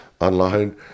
online